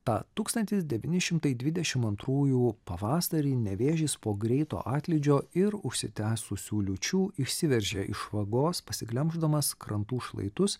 tą tūkstantis devyni šimtai dvidešim antrųjų pavasarį nevėžis po greito atlydžio ir užsitęsusių liūčių išsiveržė iš vagos pasiglemždamas krantų šlaitus